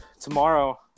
tomorrow